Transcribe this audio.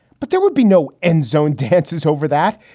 but there would be no end zone dances over that.